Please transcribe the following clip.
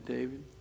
David